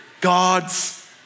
God's